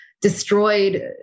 destroyed